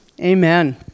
Amen